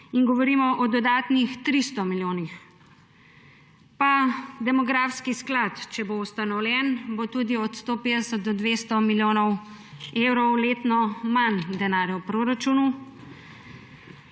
in govorim o dodatnih 300 milijonih. Pa demografski sklad, če bo ustanovljen, bo tudi od 150 do 200 milijonov evrov letno manj denarja v proračunu.